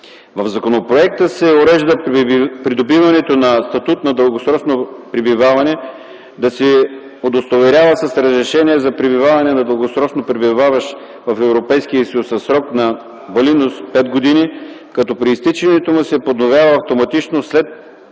В законопроекта се урежда придобиването на статут на дългосрочно пребиваване да се удостоверява с разрешение за пребиваване на дългосрочно пребиваващ в Европейския съюз със срок на валидност пет години, като при изтичането му се подновява автоматично след представяне